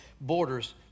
borders